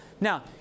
Now